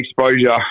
exposure